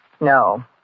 No